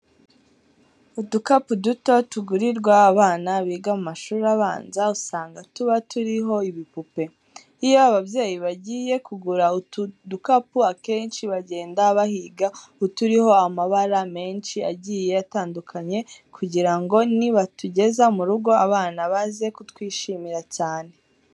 Udukapu duto tugurirwa abana biga mu mashuri abanza usanga tuba turiho ibipupe. Iyo ababyeyi bagiye kugura utu dukapu akenshi bagenda bahiga uturiho amabara menshi agiye atandukanye kugira ngo nibatugeza mu rugo abana baze kutwishimira cyane.